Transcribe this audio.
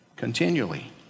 continually